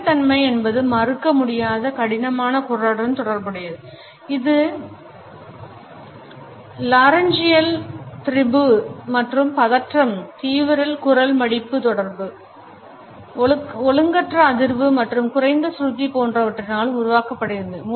கடினத்தன்மை என்பது மறுக்க முடியாத கடினமான குரலுடன் தொடர்புடையது இது லாரென்ஜியல் திரிபு மற்றும் பதற்றம் தீவிர குரல் மடிப்பு தொடர்பு ஒழுங்கற்ற அதிர்வு மற்றும் குறைந்த சுருதி போன்றவற்றினால் உருவாக்கப் படுகிறது